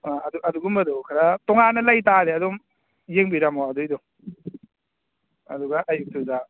ꯑꯥ ꯑꯗꯨ ꯑꯗꯨꯒꯨꯝꯕꯗꯨ ꯈꯔ ꯇꯣꯉꯥꯟꯅ ꯂꯩꯇꯥꯔꯗꯤ ꯑꯗꯨꯝ ꯌꯦꯡꯕꯤꯔꯝꯃꯣ ꯑꯗꯨꯏꯗꯣ ꯑꯗꯨꯒ ꯑꯌꯨꯛꯇꯨꯗ